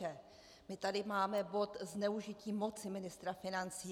My tady máme bod zneužití moci ministra financí.